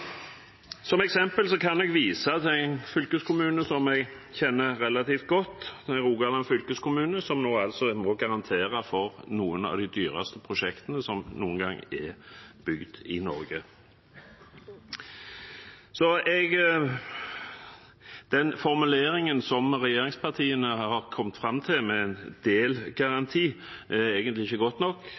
Som eksempel kan jeg vise til en fylkeskommune som jeg kjenner relativt godt: Rogaland fylkeskommune, som nå altså må garantere for noen av de dyreste prosjektene som noen gang er bygd i Norge. Så den formuleringen som regjeringspartiene har kommet fram til, med en delgaranti, er egentlig ikke god nok.